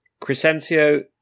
crescencio